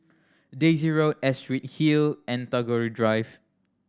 Daisy Road Astrid Hill and Tagore Drive